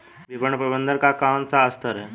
विपणन प्रबंधन का कौन सा स्तर है?